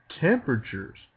temperatures